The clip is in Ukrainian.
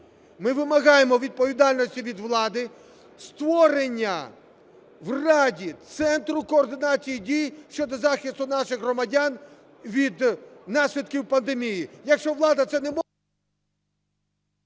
Ми вимагаємо відповідальності від влади. Створення в Раді центру координації дій щодо захисту наших громадян від наслідків пандемії.